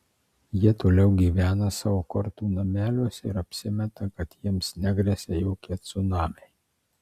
jie toliau gyvena savo kortų nameliuose ir apsimeta kad jiems negresia jokie cunamiai